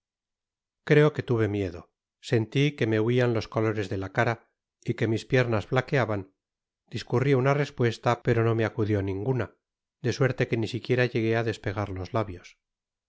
creo que tuve miedo senti que me huian los cotores de la cara y que mis piernas flaqueaban discurri una respuesta pero no me acudió ninguna de suerte que ni siquiera llegué á despegar los iábios